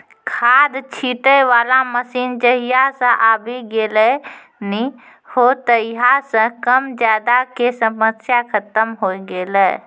खाद छीटै वाला मशीन जहिया सॅ आबी गेलै नी हो तहिया सॅ कम ज्यादा के समस्या खतम होय गेलै